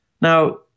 Now